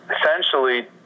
essentially